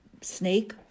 snake